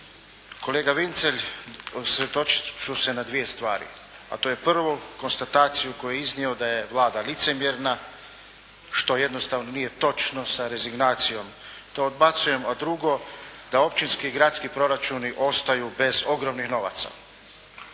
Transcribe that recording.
kolega Vincelj usredotočit ću se na dvije stvari. A to je prvu konstataciju koju je iznio da je Vlada licemjerna što jednostavno nije točno, sa rezignacijom to odbacujem. A drugo, da općinski i gradski proračuni ostaju bez ogromnih novaca.